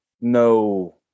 No